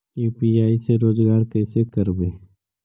UPI से रोजगार कैसे करबय?